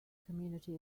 community